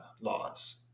laws